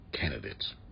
candidates